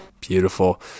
beautiful